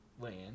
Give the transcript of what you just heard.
land